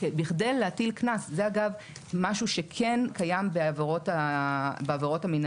ריח אמוניה חריף שגרם לצריבה בעיניים של בעלי החיים,